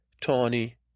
Tawny